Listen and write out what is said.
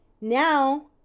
now